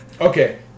okay